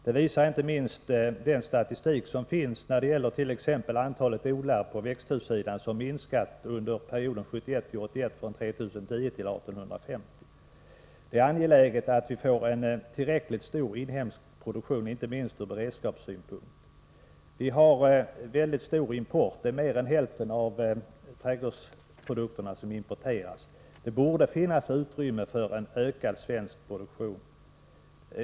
Det visar inte minst den statistik som finns när det gäller t.ex. antalet odlare på växthussidan. Antalet har minskat under perioden 1971-1981 från 3 010 till 1850. Inte minst ur beredskapssynpunkt är det angeläget att vi får en tillräckligt stor inhemsk produktion. Importen är mycket stor. Mer än hälften av trädgårdsprodukterna importeras. Det borde finnas utrymme för ökad svensk produktion.